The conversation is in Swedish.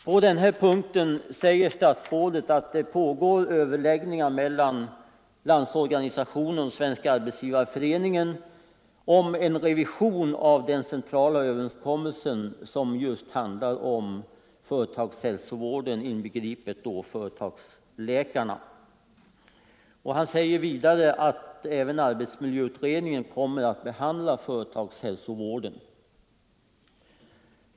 På den här punkten säger statsrådet att det pågår överläggningar mellan Landsorganisationen och Svenska arbetsgivareföreningen om en revision av den centrala överenskommelsen, som just handlar om företagshälsovården, inbegripet företagsläkarna. Han säger vidare att även arbetsmiljöutredningen kommer att behandla företagshälsovården.